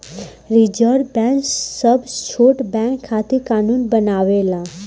reserve bank सब छोट bank खातिर कानून बनावेला